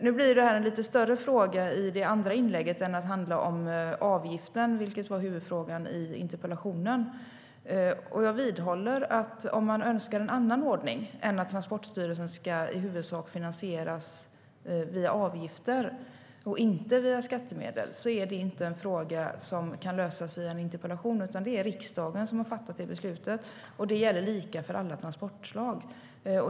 Nu blev det här en lite större fråga i det andra inlägget än att handla om avgiften, vilket var huvudfrågan i interpellationen. Jag vidhåller att det, om man önskar en annan ordning än att Transportstyrelsen i huvudsak ska finansieras via avgifter i stället för via skattemedel, inte är en fråga som kan lösas genom en interpellation. Det är riksdagen som har fattat det beslutet, och det gäller lika för alla transportslag.